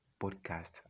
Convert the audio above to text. podcast